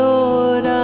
Lord